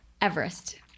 Everest